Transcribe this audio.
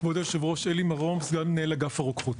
כבוד היושב-ראש, אני סגן מנהל אגף הרוקחות.